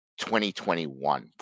2021